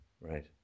Right